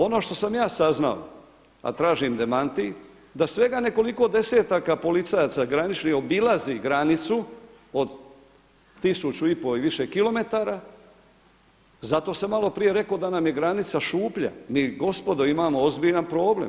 Ono što sam ja saznao a tražim demanti da svega nekoliko desetaka policajaca graničnih obilazi granicu od tisuću i po i više kilometara zato sam maloprije rekao da nam je granica šuplja, mi gospodo imamo ozbiljan problem.